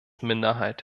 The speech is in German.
minderheit